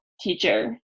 teacher